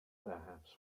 perhaps